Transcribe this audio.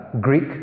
Greek